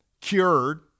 cured